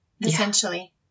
essentially